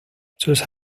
sus